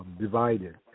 divided